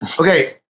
Okay